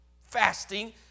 fasting